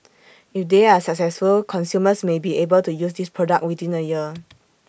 if they are successful consumers may be able to use this product within A year